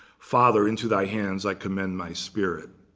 father, into thy hands i commend my spirit.